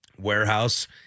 warehouse